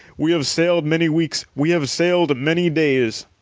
we have sailed many weeks, we have sailed many days,